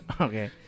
Okay